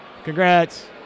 Congrats